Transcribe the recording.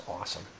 awesome